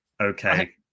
okay